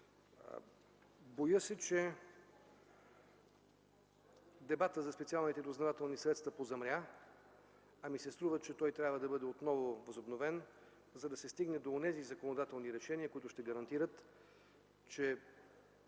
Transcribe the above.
Боя се, че дебатът за специалните разузнавателни средства позамря, а ми се струва, че трябва отново да бъде възобновен, за да се стигне до онези законодателни решения, които ще гарантират, че